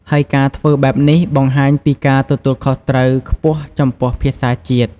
ហើយការធ្វើបែបនេះបង្ហាញពីការទទួលខុសត្រូវខ្ពស់ចំពោះភាសាជាតិ។